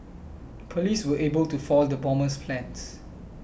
police were able to foil the bomber's plans